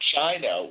China